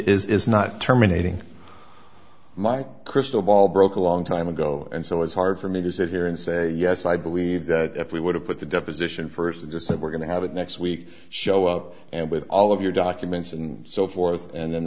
it is not terminating my crystal ball broke a long time ago and so it's hard for me to sit here and say yes i believe that if we would have put the deposition first it's that we're going to have it next week show up and with all of your documents and so forth and then